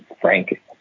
Frank